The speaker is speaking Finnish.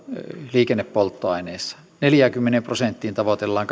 liikennepolttoaineissa neljääkymmentä prosenttia tavoitellaan